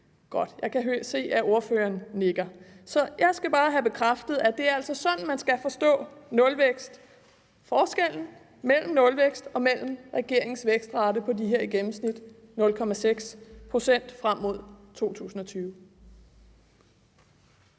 Jeg kan se, at ordføreren nikker. Så jeg skal bare have bekræftet, at det altså er sådan, man skal forstå nulvækst – forskellen mellem nulvækst og regeringens vækstrate på de her i gennemsnit 0,6 pct. frem mod 2020.